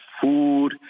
food